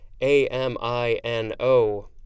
A-M-I-N-O